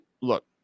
look